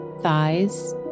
Thighs